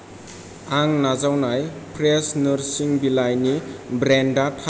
आं नाजावनाय फ्रेश नोरसिं बिलाइनि ब्रेन्डा थार नङा